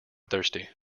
thirsty